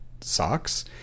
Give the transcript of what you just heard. socks